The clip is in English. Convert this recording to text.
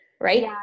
right